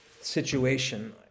situation